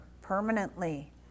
permanently